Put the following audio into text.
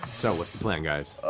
so what's the plan, guys?